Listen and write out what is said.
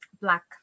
Black